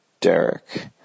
Derek